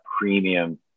premium